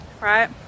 right